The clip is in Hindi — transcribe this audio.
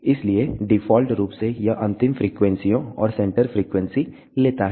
इसलिए डिफ़ॉल्ट रूप से यह अंतिम फ्रीक्वेंसीयों और सेंटर फ्रीक्वेंसी लेता है